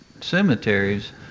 cemeteries